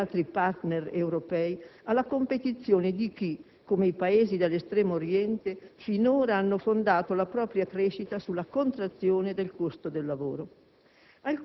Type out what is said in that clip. più degli altri *partners* europei alla competizione di chi, come i Paesi dell'Estremo Oriente, finora ha fondato la propria crescita sulla contrazione del costo del lavoro.